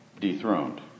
dethroned